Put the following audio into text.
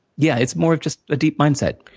yeah, it's more just a deep mindset.